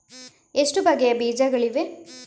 ಎಷ್ಟು ಬಗೆಯ ಬೀಜಗಳಿವೆ?